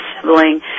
sibling